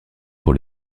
pour